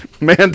Man